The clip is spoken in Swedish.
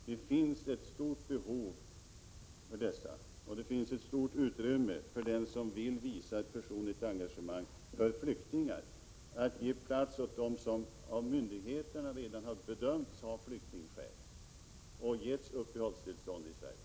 För den som vill visa ett personligt engagemang för flyktingar finns det stort utrymme att ge plats åt dem som av myndigheterna redan har bedömts ha flyktingskäl och getts uppehållstillstånd i Sverige.